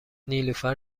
نیلوفر